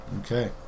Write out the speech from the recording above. Okay